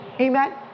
amen